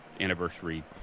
anniversary